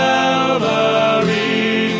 Calvary